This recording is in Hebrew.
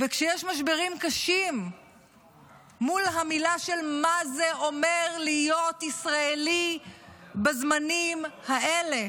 וכשיש משברים קשים מול המילים מה זה אומר להיות ישראלי בזמנים האלה,